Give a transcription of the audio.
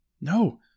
No